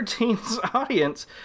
audience